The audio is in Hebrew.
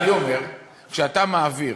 אני אומר, כשאתה מעביר